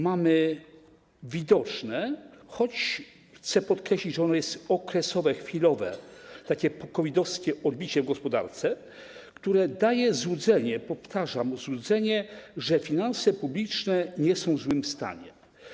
Mamy widoczne, choć chcę podkreślić, że ono jest okresowe, chwilowe, takie po-COVID-owe odbicie w gospodarce, które daje złudzenie, powtarzam, złudzenie, że finanse publiczne nie są w złym stanie.